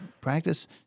practice